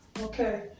okay